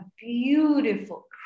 beautiful